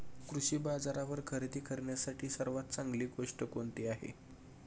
कृषी बाजारावर खरेदी करण्यासाठी सर्वात चांगली गोष्ट कोणती आहे?